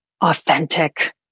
authentic